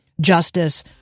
justice